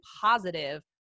positive